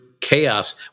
chaos